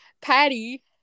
Patty